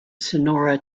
sonora